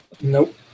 Nope